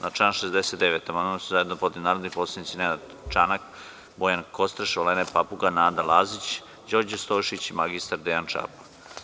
Na član 69. amandman su zajedno podneli narodni poslanici Nenad Čanak, Bojan Kostreš, Olena Papuga, Nada Lazić, Đorđe Stojšić i mr Dejan Čapo.